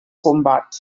combat